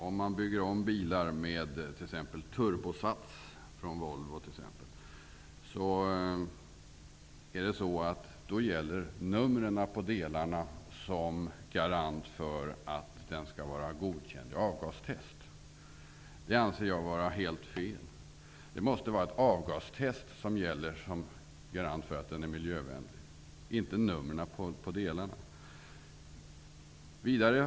Om man bygger om en bil med t.ex. Volvos turbosats gäller numren på delarna som garant för att bilen skall bli godkänd i avgastest. Jag anser att det är helt fel. Det måste vara ett avgastest som gäller som garant för att bilen är miljövänlig, inte numren på delarna.